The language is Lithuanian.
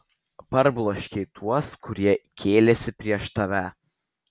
parbloškei tuos kurie kėlėsi prieš tave